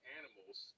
animals –